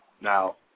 Now